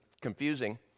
confusing